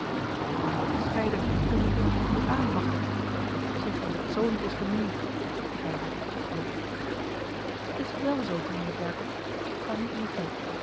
maar op t scheiden komt het immers nog niet aan machteld zeg dat het zoo niet is gemeend riep hij hartstochtelijk het is wèl zoo gemeend jacob ik kan niet liegen